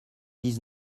dix